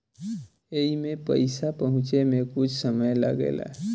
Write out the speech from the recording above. एईमे पईसा पहुचे मे कुछ समय लागेला